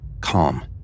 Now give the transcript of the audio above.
Calm